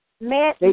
Man